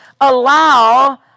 allow